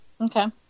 Okay